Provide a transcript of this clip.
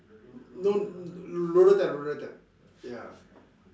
no roller type roller type ya